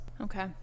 Okay